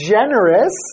Generous